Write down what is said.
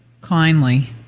Kindly